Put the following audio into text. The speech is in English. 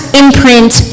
imprint